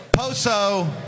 Poso